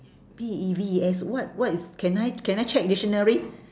P E E V E S what what is can I can I check dictionary